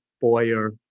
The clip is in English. Boyer